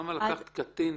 למה לקחת קטין?